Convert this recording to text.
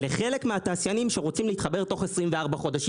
לחלק מהתעשיינים שרוצים ולהתחבר תוך 24 חודשים.